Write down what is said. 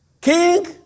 King